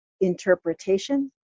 interpretation